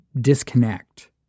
disconnect